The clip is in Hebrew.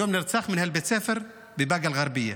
היום נרצח מנהל בית ספר מבאקה אל-גרבייה,